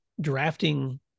drafting